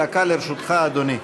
דקה לרשותך, אדוני.